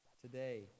today